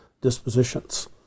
dispositions